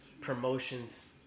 promotions